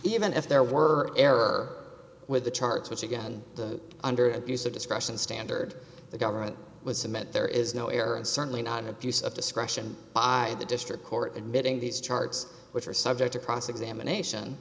even if there were error with the charts which again under abuse of discretion standard the government would submit there is no error and certainly not an abuse of discretion by the district court admitting these charts which are subject to cross examination